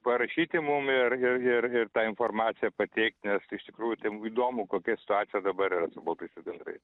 parašyti mum ir ir ir ir tą informaciją pateikt nes iš tikrųjų ten įdomu kokia situacija dabar yra su baltaisiais gandrais